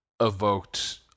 evoked